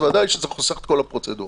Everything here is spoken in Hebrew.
ודאי שזה חוסך את כל הפרוצדורה.